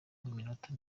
iminota